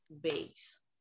base